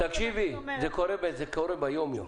תקשיבי, זה קורה ביום-יום.